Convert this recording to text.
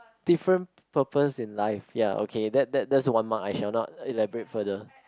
different purpose in life ya okay that that that's one mark I shall not elaborate further